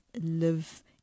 live